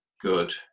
good